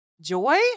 joy